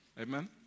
amen